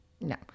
no